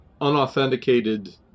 unauthenticated